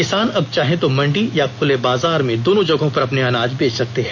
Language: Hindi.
किसान अब चाहें तो मंडी या खुले बाजार दोनों जगहों पर अपने आनाज बेच सकते हैं